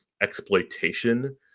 exploitation